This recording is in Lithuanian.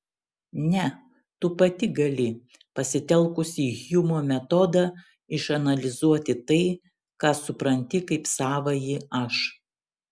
ne tu pati gali pasitelkusi hjumo metodą išanalizuoti tai ką supranti kaip savąjį aš